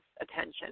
attention